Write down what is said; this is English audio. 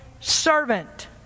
Servant